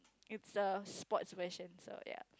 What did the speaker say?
it's a sports version so ya